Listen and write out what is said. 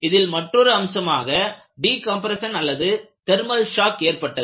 இதில் மற்றொரு அம்சமாக டிகம்பிரஷன் அல்லது தெர்மல் ஷாக் ஏற்பட்டது